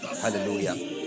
Hallelujah